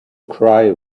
cry